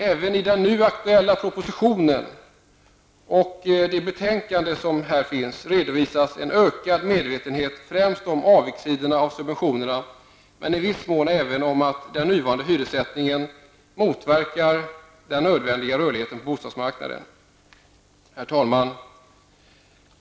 Även i den nu aktuella propositionen och i betänkandet redovisas en ökad medvetenhet om främst subventionernas avigsidor men i viss mån även om att den nuvarande hyressättningen motverkar den nödvändiga rörligheten på bostadsmarknaden. Herr talman!